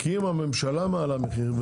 כי אם הממשלה מעלה מחירים,